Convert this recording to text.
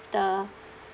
the